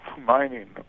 mining